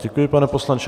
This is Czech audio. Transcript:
Děkuji, pane poslanče.